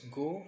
go